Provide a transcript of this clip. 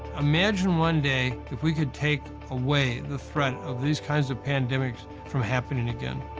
imagine one day, if we could take away the threat of these kinds of pandemics from happening again.